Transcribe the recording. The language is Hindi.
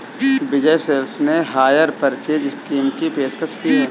विजय सेल्स ने हायर परचेज स्कीम की पेशकश की हैं